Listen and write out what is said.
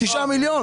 תודה.